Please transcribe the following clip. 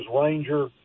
Ranger